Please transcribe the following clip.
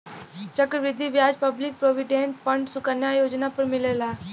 चक्र वृद्धि ब्याज पब्लिक प्रोविडेंट फण्ड सुकन्या योजना पर मिलेला